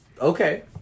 Okay